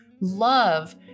love